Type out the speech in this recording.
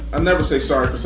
and never say sorry